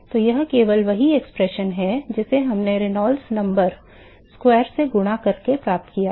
तो यह केवल वही व्यंजक है जिसे हमने रेनॉल्ड्स संख्या वर्ग से गुणा करके प्राप्त किया था